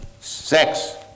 sex